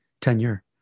tenure